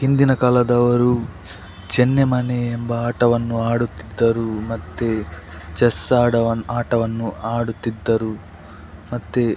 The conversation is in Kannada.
ಹಿಂದಿನ ಕಾಲದವರು ಚನ್ನೆಮಣೆ ಎಂಬ ಆಟವನ್ನು ಆಡುತ್ತಿದ್ದರು ಮತ್ತು ಚೆಸ್ ಆಟವನ್ ಆಟವನ್ನು ಆಡುತ್ತಿದ್ದರು ಮತ್ತು